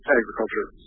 agriculture